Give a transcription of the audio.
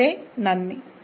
വളരെ നന്ദി